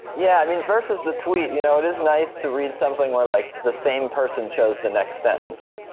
yeah. i mean, versus the tweet, you know it is nice to read something where like the same person chose the next sentence.